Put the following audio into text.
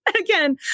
again